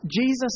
Jesus